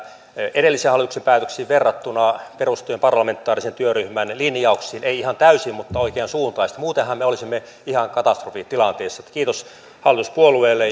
edellisen hallituksen päätöksiin verrattuna perustuen parlamentaarisen työryhmän linjauksiin ei ihan täysin mutta oikeansuuntaisesti muutenhan me olisimme ihan katastrofitilanteessa kiitos hallituspuolueille